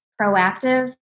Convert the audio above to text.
proactive